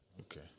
Okay